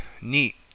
neat